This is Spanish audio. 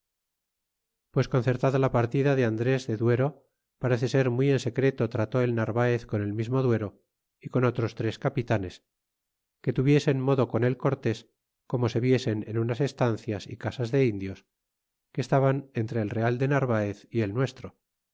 pues concertada la partida del andres de duero parece ser muy en secreto trató el narvaez con el mismo duero y con otros tres capitanes que tuviesen modo con el cortés como se viesen en unas estancias é casas de indios que estaban entre el real de narvaez y el nuestro